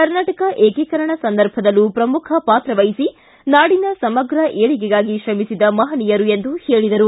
ಕರ್ನಾಟಕ ಏಕೀಕರಣ ಸಂದರ್ಭದಲ್ಲೂ ಪ್ರಮುಖ ಪಾತ್ರ ವಹಿಸಿ ನಾಡಿನ ಸಮಗ್ರ ಏಳಿಗೆಗಾಗಿ ತ್ರಮಿಸಿದ ಮಹನೀಯರು ಎಂದು ಹೇಳಿದರು